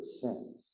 sins